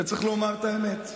וצריך לומר את האמת,